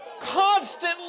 constantly